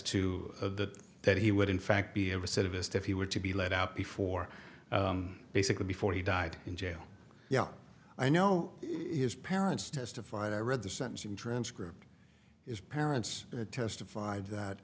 to that that he would in fact be ever said it best if he were to be let out before basically before he died in jail yeah i know his parents testified i read the sentencing transcript is parents testified that